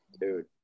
Dude